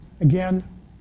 Again